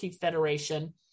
Federation